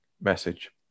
message